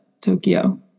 Tokyo